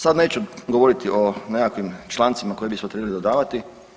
Sad neću govoriti o nekakvim člancima koje bismo trebali dodavati.